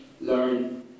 learn